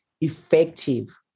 effective